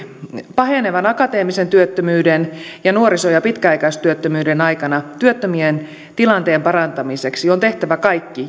pahenevan akateemisen työttömyyden ja nuoriso ja pitkäaikaistyöttömyyden aikana työttömien tilanteen parantamiseksi on tehtävä kaikki